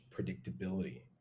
predictability